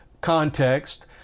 context